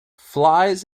flies